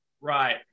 Right